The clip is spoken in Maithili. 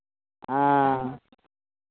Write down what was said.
हँ